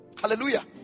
Hallelujah